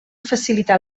facilitar